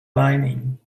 lining